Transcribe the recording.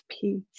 peace